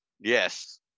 Yes